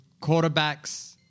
quarterbacks